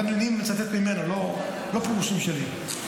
ולכן אני מצטט ממנו, לא פירושים שלי.